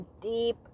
deep